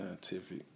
scientific